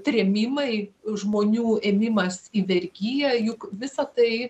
trėmimai žmonių ėmimas į vergiją juk visa tai